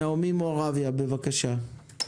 נעמי מורביה, בבקשה.